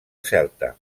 celta